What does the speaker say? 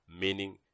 Meaning